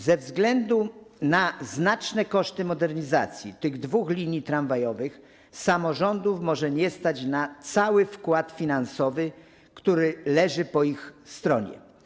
Ze względu na znaczne koszty modernizacji tych dwóch linii tramwajowych samorządów może być nie stać na cały wkład finansowy, który leży po ich stronie.